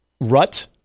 rut